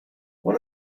what